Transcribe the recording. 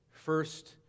first